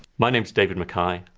my name's david mackay.